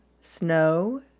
Snow